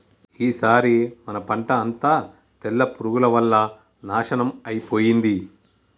ఈసారి మన పంట అంతా తెల్ల పురుగుల వల్ల నాశనం అయిపోయింది